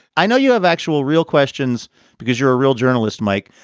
i know you have actual real questions because you're a real journalist, mike.